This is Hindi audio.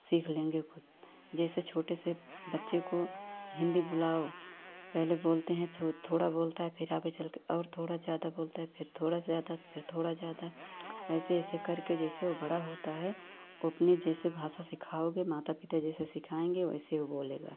सीख लेंगे ख़ुद जैसे छोटे से बच्चे को हिन्दी बुलाओ पहले बोलते हैं थोड़ा बोलता है फिर आगे चलकर और थोड़ा ज़्यादा बोलते हैं फिर थोड़ा ज़्यादा फिर थोड़ा ज़्यादा ऐसे ऐसे करके जैसे वह बड़ा होता है वो अपने जैसे भाषा सिखाओगे माता पिता जैसे सिखाएँगे वैसे वह बोलेगा